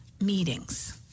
meetings